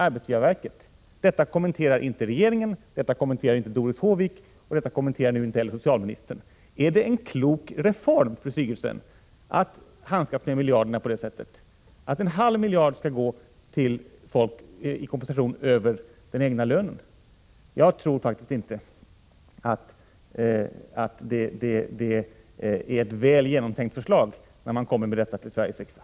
Detta kommenterar inte regeringen, Doris Håvik och inte heller socialministern. Är det en klok reform, fru Sigurdsen, att handskas med miljarderna på det sättet? En halv miljard skall gå till folk i kompensation utöver den egna lönen! Jag tror faktiskt inte att det är ett väl genomtänkt förslag när man kommer med detta till Sveriges riksdag.